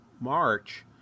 March